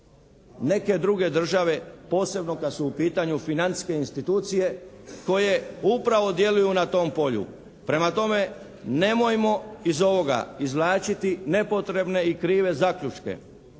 Neke druge države, posebno kad su u pitanju financijske institucije koje upravo djeluju na tom polju. Prema tome, nemojmo iz ovoga izvlačiti nepotrebne i krive zaključke.